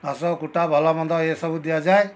ଘାସକୁଟା ଭଲମନ୍ଦ ଏସବୁ ଦିଆଯାଏ